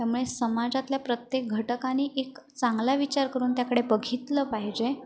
त्यामुळे समाजातल्या प्रत्येक घटकाने एक चांगला विचार करून त्याकडे बघितलं पाहिजे